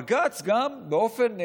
בג"ץ, גם באופן,